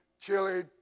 Chile